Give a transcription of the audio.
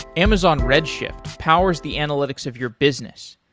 amazon redshift powers the analytics of your business.